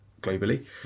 globally